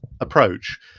approach